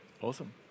Awesome